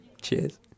Cheers